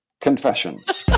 confessions